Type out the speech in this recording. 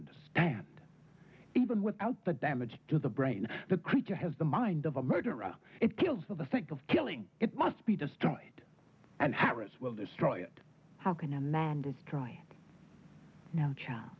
understand even without the damage to the brain the creature has the mind of a murderer it kills for the think of killing it must be destroyed and harris will destroy it how can a man destroy no ch